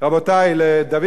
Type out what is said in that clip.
ראש הממשלה הראשון,